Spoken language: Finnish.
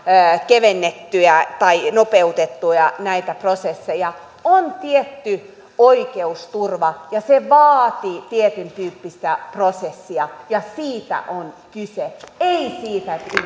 kevennettyä tai nopeutettua näitä prosesseja on tietty oikeusturva ja se vaatii tietyn tyyppistä prosessia ja siitä on kyse ei siitä että